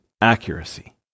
accuracy